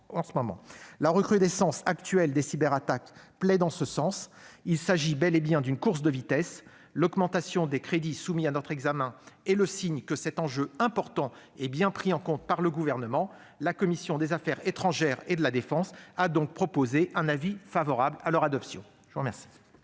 La recrudescence actuelle des cyberattaques plaide en ce sens ; il s'agit bel et bien d'une course de vitesse. L'augmentation des crédits soumis à notre examen est le signe que cet enjeu important est bien pris en compte par le Gouvernement. La commission des affaires étrangères, de la défense et des forces armées s'est donc prononcée favorablement à leur adoption. Je rappelle